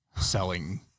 selling